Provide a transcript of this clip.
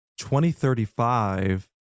2035